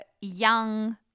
young